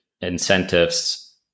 incentives